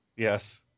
Yes